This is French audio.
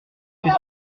fait